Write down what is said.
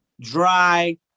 Dry